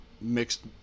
Mixed